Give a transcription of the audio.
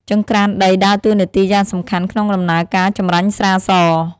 ចង្រ្កានដីដើរតួនាទីយ៉ាងសំខាន់ក្នុងដំណើរការចម្រាញ់ស្រាស។